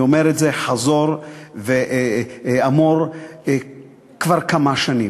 אני אומר את זה חזור ואמור כבר כמה שנים.